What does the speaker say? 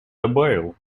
добавил